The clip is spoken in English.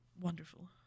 Wonderful